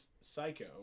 psycho